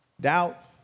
Doubt